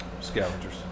Scavengers